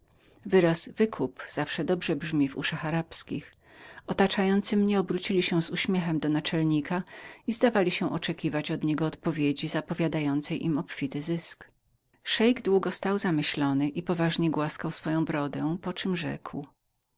wyraz wykup zawsze dobrze brzmi w uszach arabskich otaczający mnie obrócili się z uśmiechem do naczelnika i zdawali się oczekiwać od niego odpowiedzi zapowiadającej im obfity zysk szeik długo stał zamyślony i poważnie głaskał swoją brodę poczem rzekł